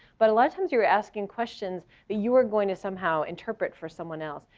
but a lot of times you're asking questions, that you are going to somehow interpret for someone else.